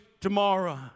tomorrow